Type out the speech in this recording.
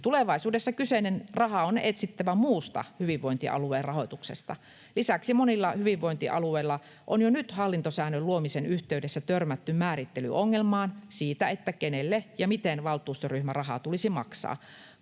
Tulevaisuudessa kyseinen raha on etsittävä muusta hyvinvointialueen rahoituksesta. Lisäksi monilla hyvinvointialueilla on jo nyt hallintosäännön luomisen yhteydessä törmätty määrittelyongelmaan siitä, kenelle ja miten valtuustoryhmärahaa tulisi maksaa.